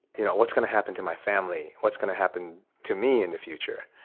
you know what's going to happen to my family? what's going to happen to me in the future?